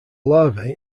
larvae